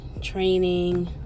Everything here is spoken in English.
training